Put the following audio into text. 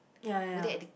ya ya